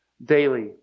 daily